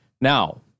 Now